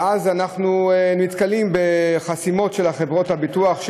אנחנו נתקלים בחסימות של חברות הביטוח,